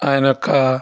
ఆయన యొక్క